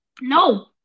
No